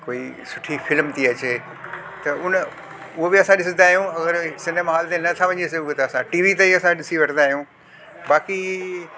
कोई सुठी फिल्म थी अचे त उन उहो बि असां ॾिसंदा आयूं अगरि हे सिनेमा हॉल जे नथा वञी सघूं त असां टीवी ते ई असां ॾिसी वठंदा आहियूं बाक़ी